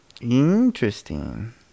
Interesting